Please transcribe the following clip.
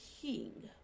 king